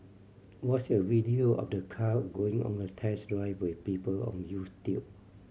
watch a video of the car going on a test drive with people on YouTube